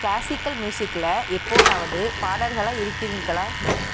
classical ம்யூஸிக்ல எப்போதாவது பாடகர்களா இருக்கிறீர்களா